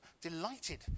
delighted